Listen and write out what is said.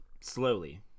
slowly